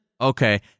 okay